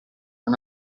non